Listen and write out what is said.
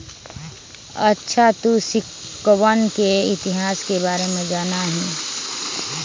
अच्छा तू सिक्कवन के इतिहास के बारे में जाना हीं?